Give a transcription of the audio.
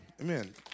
Amen